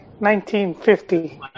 1950